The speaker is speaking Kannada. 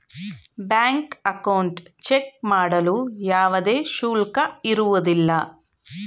ಬ್ಯಾಂಕ್ ಅಕೌಂಟ್ ಚೆಕ್ ಮಾಡಲು ಯಾವುದೇ ಶುಲ್ಕ ಇರುವುದಿಲ್ಲ